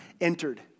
entered